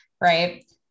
right